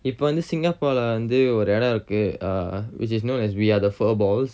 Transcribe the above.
இப்ப வந்து:ippa vanthu singapore lah வந்து ஒரு எடம் இருக்கு:vanthu oru edam irukku uh which is known as we are the fur balls